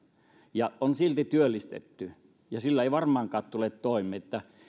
ja on silti työllistetty ja sillä ei varmaankaan tule toimeen